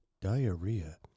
diarrhea